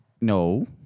No